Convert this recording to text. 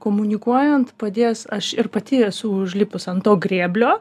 komunikuojant padės aš ir pati esu užlipus ant to grėblio